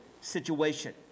situation